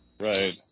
Right